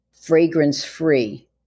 Fragrance-free